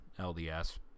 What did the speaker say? LDS